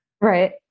Right